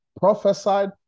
prophesied